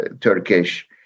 Turkish